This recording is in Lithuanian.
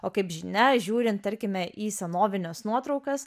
o kaip žinia žiūrint tarkime į senovines nuotraukas